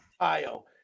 Ohio